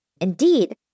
Indeed